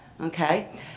okay